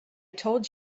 told